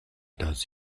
does